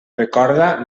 recorda